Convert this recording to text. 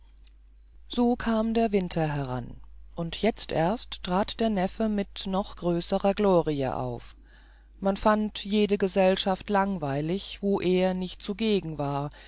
so kam der winter heran und jetzt erst trat der neffe mit noch größerer glorie auf man fand jede gesellschaft langweilig wo nicht er zugegen war